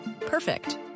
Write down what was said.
Perfect